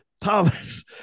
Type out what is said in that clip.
Thomas